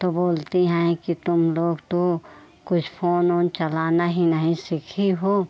तो बोलती हैं कि तुम लोग तो कुछ फोन ऊन चलाना ही नहीं सीखी हो